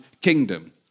kingdom